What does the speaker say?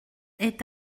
est